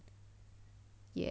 ya